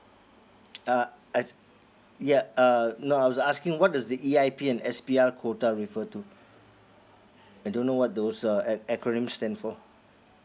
uh uh yeah uh no I was asking what does the E_I_P and S_P_R quota refer to I don't know what those uh acronym stand for